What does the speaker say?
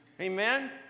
Amen